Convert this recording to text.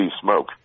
smoke